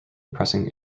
pressing